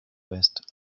west